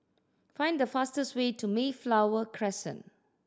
find the fastest way to Mayflower Crescent